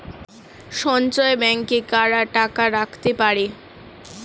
সঞ্চয় ব্যাংকে কারা টাকা রাখতে পারে?